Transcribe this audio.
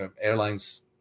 Airlines